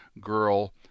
girl